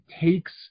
takes